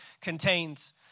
contains